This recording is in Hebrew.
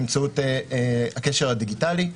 באמצעות הקשר הדיגיטלי,